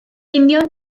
union